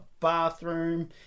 bathroom